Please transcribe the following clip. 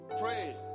Pray